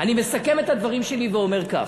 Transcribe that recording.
אני מסכם את הדברים שלי ואומר כך: